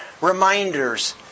reminders